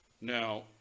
Now